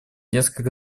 несколько